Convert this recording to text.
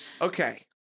Okay